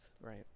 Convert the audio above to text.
Right